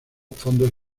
fondos